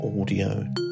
Audio